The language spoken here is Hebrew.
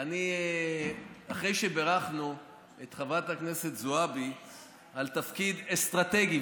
אחרי שבירכנו את חברת הכנסת זועבי על תפקיד אסטרטגי,